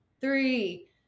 three